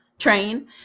train